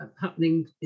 happening